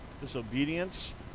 disobedience